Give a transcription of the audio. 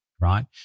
right